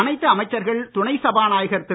அனைத்து அமைச்சர்கள் துணை சபாநாயகர் திரு